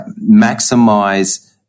maximize